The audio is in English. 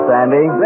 Sandy